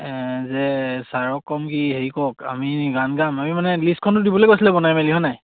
যে ছাৰক ক'ম কি হেৰি কওক আমি গান গাম আমি মানে লিষ্টখনতো দিবলে কৈছিলে বনাই মেলি হয় নাই